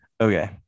okay